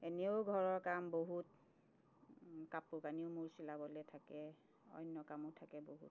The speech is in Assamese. এনেও ঘৰৰ কাম বহুত কাপোৰ কানিও মোৰ চিলাবলৈ থাকে অন্য কামো থাকে বহুত